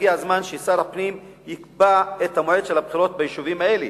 הגיע הזמן ששר הפנים יקבע את מועד הבחירות ביישובים האלה.